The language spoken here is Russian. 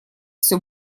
все